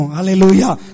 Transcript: Hallelujah